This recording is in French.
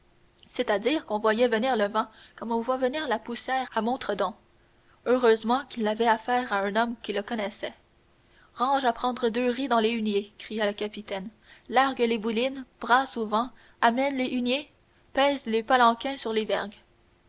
c'est-à-dire qu'on voyait venir le vent comme on voit venir la poussière à montredon heureusement qu'il avait affaire à un homme qui le connaissait range à prendre deux ris dans les huniers cria le capitaine largue les boulines brasse au vent amène les huniers pèse les palanquins sur les vergues